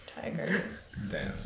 Tiger's